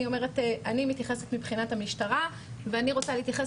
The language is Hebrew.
אני מתייחסת מבחינת המשטרה ואני רוצה להתייחס